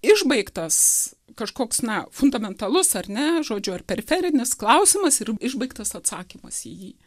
išbaigtas kažkoks na fundamentalus ar ne žodžiu ar periferinis klausimas ir išbaigtas atsakymas į jį